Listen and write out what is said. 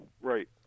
Right